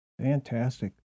Fantastic